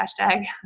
hashtag